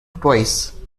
twice